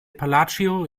palacio